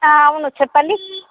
అవును చెప్పండి